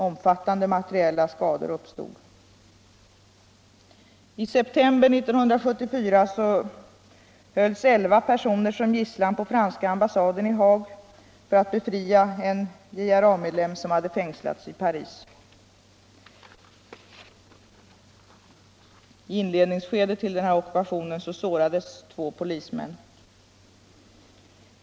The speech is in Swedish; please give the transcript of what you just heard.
Omfattande materiella skador uppstod. I september 1974 hölls elva personer som gisslan på franska ambassaden i Haag för att befria en JRA-medlem som fängslats i Paris. I inledningsskedet till den ockupationen sårades två polismän.